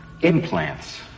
Implants